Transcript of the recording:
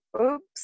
Oops